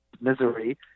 misery